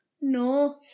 No